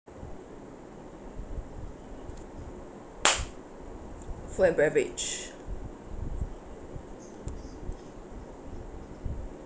food and beverage